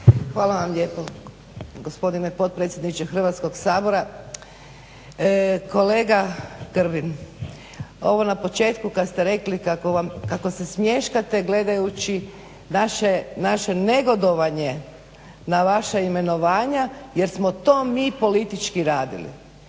Hvala vam lijepo gospodine potpredsjedniče Hrvatskog sabora. Kolega Grbin ovo na početku kad ste rekli kako se smješkate gledajući naše negodovanje na vaša imenovanja jer smo to mi politički radili.